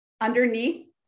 underneath